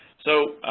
so,